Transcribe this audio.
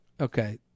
Okay